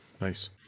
Nice